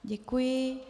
Děkuji.